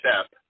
step